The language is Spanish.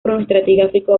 cronoestratigráfico